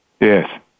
Yes